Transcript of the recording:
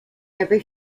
every